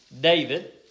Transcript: David